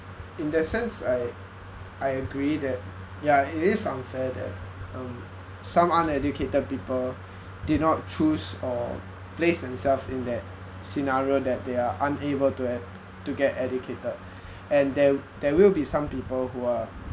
in that sense I agree that yeah it is unfair that um some uneducated people did not choose or place themselves in that scenario that they are unable to have to get educated and there there will be some people who are